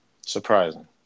Surprising